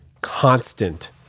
constant